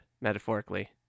metaphorically